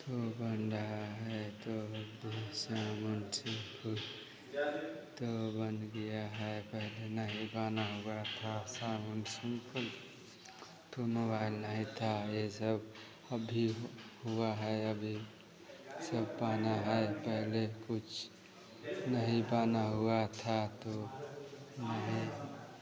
तो बन रहा है तो अभी साबुन सेम्पुल तो बन गया है पहले नहीं बना हुआ था साबुन सेम्पुल तो मोबाइल नहीं था ये सब अभी हुआ है अभी सब पहना है पहले कुछ नहीं पहना हुआ था तो नहीं